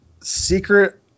Secret